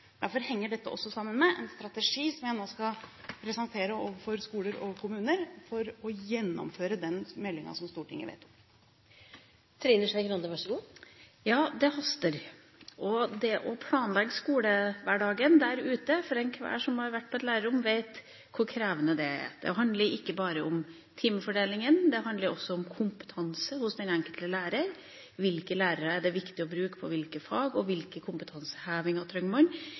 Derfor henger dette også sammen med en strategi som jeg nå skal presentere overfor skoler og kommuner for å gjennomføre det Stortinget vedtok i forbindelse med stortingsmeldingen. Ja, det haster. Enhver som har vært på et lærerrom, vet hvor krevende det er å planlegge skolehverdagen der ute. Det handler ikke bare om timefordelinga, det handler også om kompetanse hos den enkelte lærer. Hvilke lærere er det viktig å bruke på hvilke fag, hvilken kompetanseheving trenger man, hvilket materiell trenger man, hvilke rom trenger man, og hvilke